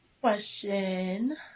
question